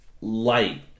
Light